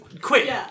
quick